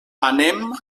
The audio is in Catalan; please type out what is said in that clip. anem